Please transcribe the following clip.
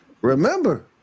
Remember